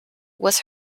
was